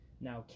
Now